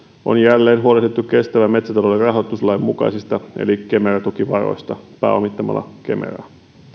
on jälleen huolehdittu kestävän metsätalouden rahoituslain mukaisista eli kemera tukivaroista pääomittamalla kemeraa